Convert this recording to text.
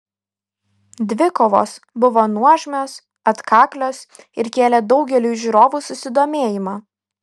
dvikovos buvo nuožmios atkaklios ir kėlė daugeliui žiūrovų susidomėjimą